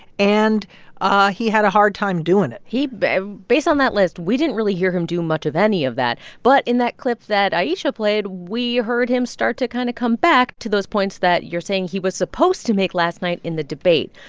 and ah he had a hard time doing it he based on that list, we didn't really hear him do much of any of that. but in that clip that ayesha played, we heard him start to kind of come back to those points that you're saying he was supposed to make last night in the debate.